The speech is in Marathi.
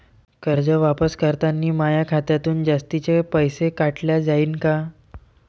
कर्ज वापस करतांनी माया खात्यातून जास्तीचे पैसे काटल्या जाईन का?